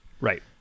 Right